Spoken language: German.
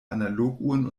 analoguhren